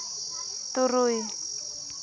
ᱛᱩᱨᱩᱭ